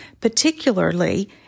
particularly